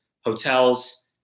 hotels